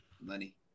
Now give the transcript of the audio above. Money